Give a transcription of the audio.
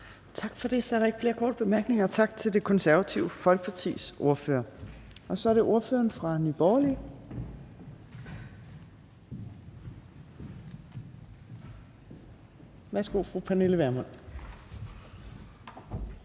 Tak for det. Så er der ikke flere korte bemærkninger. Og tak til Det Konservative Folkepartis ordfører. Så er det ordføreren fra Nye Borgerlige. Værsgo, fru Pernille Vermund.